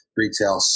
retail